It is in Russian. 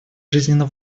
жизненно